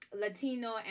Latino